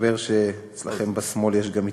מסתבר שאצלכם בשמאל יש גם יתרונות.